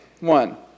one